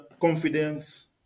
confidence